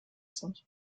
sind